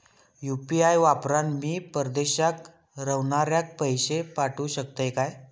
UPI वापरान मी परदेशाक रव्हनाऱ्याक पैशे पाठवु शकतय काय?